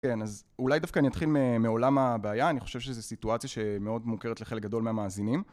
כן אז אולי דווקא אני אתחיל מ... מעולם הבעיה, אני חושב שזו סיטואציה שמאוד מוכרת לחלק גדול מהמאזינים